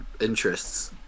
interests